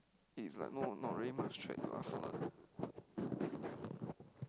it's like no not really much like the last one ah